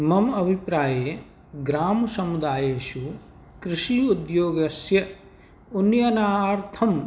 मम अभिप्राये ग्रामसमुदायेषु कृषि उद्योगस्य उन्नयनार्थम्